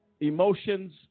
emotions